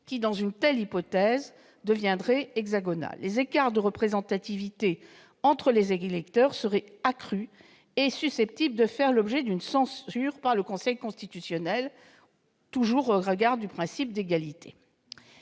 dans une telle hypothèse. Les écarts de représentativité entre les électeurs seraient accrus et susceptibles de faire l'objet d'une censure par le Conseil constitutionnel, toujours au regard du principe d'égalité.